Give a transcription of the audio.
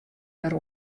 wer